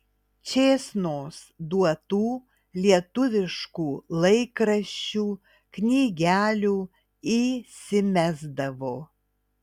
čėsnos duotų lietuviškų laikraščių knygelių įsimesdavo